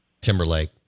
Timberlake